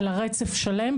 אלא רצף שלם.